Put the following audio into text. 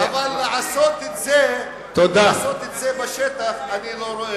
אבל לעשות את זה בשטח, אני לא רואה.